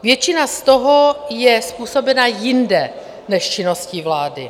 Většina z toho je způsobena jinde než činností vlády.